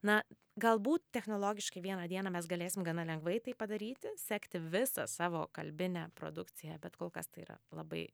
na galbūt technologiškai vieną dieną mes galėsim gana lengvai tai padaryti sekti visą savo kalbinę produkciją bet kol kas tai yra labai